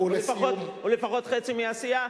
לפחות חצי מהסיעה,